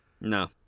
No